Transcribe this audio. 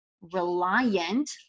reliant